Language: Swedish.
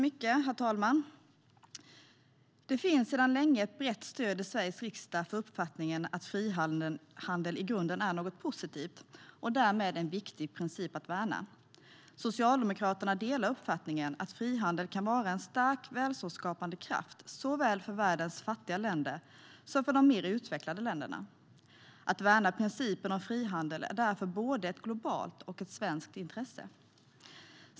Herr talman! Det finns sedan länge ett brett stöd i Sveriges riksdag för uppfattningen att frihandel i grunden är något positivt och därmed en viktig princip att värna. Socialdemokraterna delar uppfattningen att frihandel kan vara en stark och välståndsskapande kraft såväl för världens fattiga länder som för de mer utvecklade länderna. Att värna principen om frihandel är därför både ett globalt intresse och ett svenskt intresse.